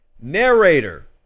Narrator